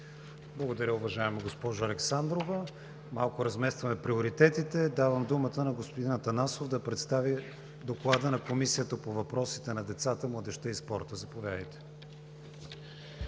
Благодаря, уважаема госпожо Александрова. Малко разместване на приоритетите – давам думата на господин Атанасов, за да представи Доклада на Комисията по въпросите на децата, младежта и спорта. Заповядайте.